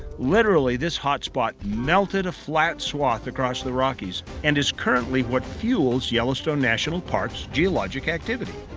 literally this hot spot melted a flat swath across the rockies and is currently what fuels yellowstone national park geological activity.